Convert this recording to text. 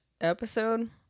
episode